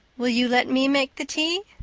will you let me make the tea?